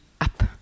up